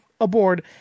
aboard